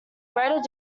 great